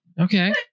Okay